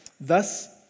Thus